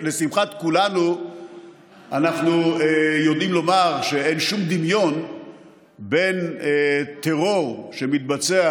אנחנו יודעים לומר שאין שום דמיון בין טרור שמתבצע